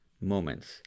moments